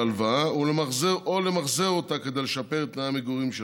או למחזר אותה כדי לשפר את תנאי המגורים שלהם.